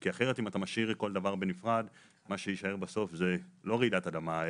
כי אחרת כשאתה משאיר כל דבר בנפרד מה שיישאר בסוף זה לא רעידת אדמה,